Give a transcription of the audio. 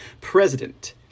president